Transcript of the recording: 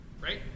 right